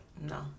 no